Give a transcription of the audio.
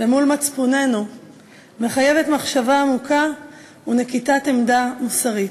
ומול מצפוננו מחייבת מחשבה עמוקה ונקיטת עמדה מוסרית.